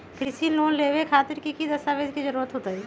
कृषि लोन लेबे खातिर की की दस्तावेज के जरूरत होतई?